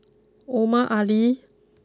Omar Ali